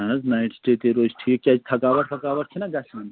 نہ حظ نایِٹ سِٹے تہِ ہے روزِ ٹھیٖک کیٛازِ تھکاوَٹ وَکاوَٹ چھِنہٕ گژھان